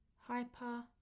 Hyper